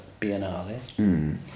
Biennale